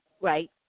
right